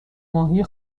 ماهی